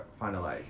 finalized